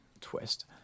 twist